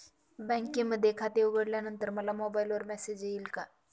बँकेमध्ये खाते उघडल्यानंतर मला मोबाईलवर मेसेज येईल का?